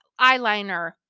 eyeliner